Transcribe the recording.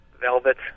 Velvet